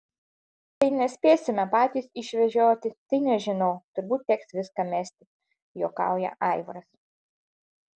kai nespėsime patys išvežioti tai nežinau turbūt teks viską mesti juokauja aivaras